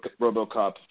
RoboCop